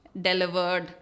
delivered